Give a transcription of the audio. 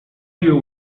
you